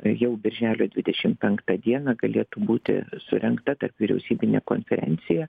jau birželio dvidešim penktą dieną galėtų būti surengta tarpvyriausybinė konferencija